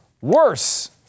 worse